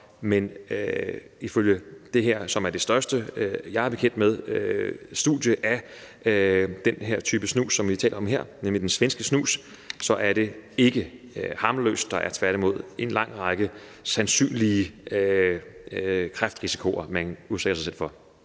men ifølge det her, som er det største studie, jeg er bekendt med, af den type snus, som vi taler om her, nemlig den svenske snus, er det ikke harmløst – tværtimod er der en lang række sandsynlige kræftrisici, som man udsætter sig for.